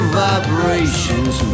vibrations